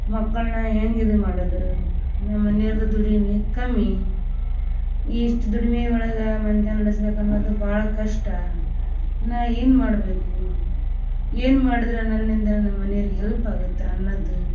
ಮಕ್ಕಳನ್ನ ಹೆಂಗೆ ಇದು ಮಾಡೋದು ನಮ್ಮನೆಯವ್ರ್ದು ದುಡಿಮೆ ಕಮ್ಮಿ ಇಷ್ಟು ದುಡಿಮೆ ಒಳಗೆ ಮಂದಿ ನಡಿಸ್ಬೇಕು ಅನ್ನೋದು ಭಾಳ ಕಷ್ಟ ನಾ ಏನು ಮಾಡಬೇಕು ಏನು ಮಾಡಿದ್ರೆ ನನ್ನಿಂದ ನಮ್ಮ ಮನಿಯವ್ರಿಗೆ ಹೆಲ್ಪ್ ಆಗತ್ತೆ ಅನ್ನದು